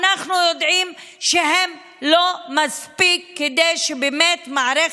אנחנו יודעים שהם לא מספיקים כדי שמערכת